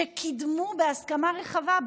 שקידמו בהסכמה רחבה,